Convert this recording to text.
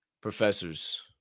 professors